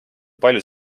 palju